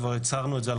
כבר הצהרנו את זה,